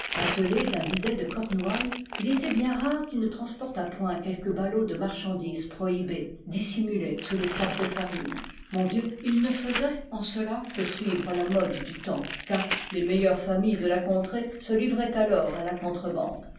attelée d'un bidet de cornouailles il était bien rare qu'il ne transportât point quelque ballot de marchandise prohibée dissimulé sous les sacs de farine mon dieu il ne faisait en cela que suivre la mode du temps car les meilleures familles de la contrée se livraient alors à la contrebande